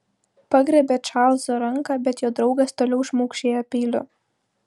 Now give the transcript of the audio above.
pagriebė čarlzo ranką bet jo draugas toliau šmaukšėjo peiliu